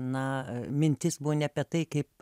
na mintis buvo ne apie tai kaip